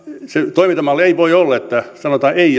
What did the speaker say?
toimintamalli ei voi olla että sanotaan ei